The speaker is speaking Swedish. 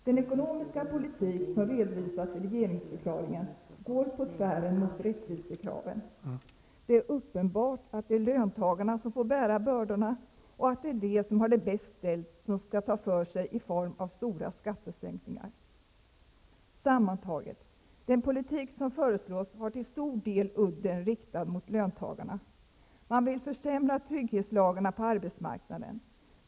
Den ekonomiska politik som redovisas i regeringsförklaringen går på tvären mot rättvisekraven. Det är uppenbart att det är löntagarna som får bära bördorna och att det är de som har det bäst ställt som nu kan ta för sig i form av stora skattesänkningar. Sammantaget har den politik som föreslås till stor del udden riktad mot löntagarna. Man vill försämra trygghetslagarna på arbetsmarknaden.